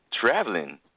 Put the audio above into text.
traveling